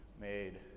made